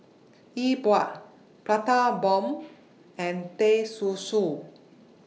E Bua Prata Bomb and Teh Susu